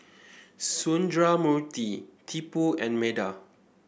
Sundramoorthy Tipu and Medha